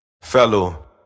fellow